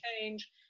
change